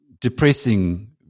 depressing